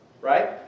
right